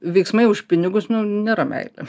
veiksmai už pinigus nu nėra meilė